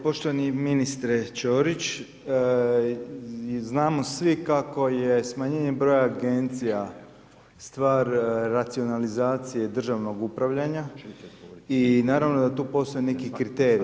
Poštovani ministre Ćorić, znamo svi kako je smanjenjem broja Agencija stvar racionalizacije državnog upravljanja i naravno da tu postoje neki kriteriji.